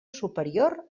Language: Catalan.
superior